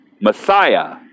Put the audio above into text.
Messiah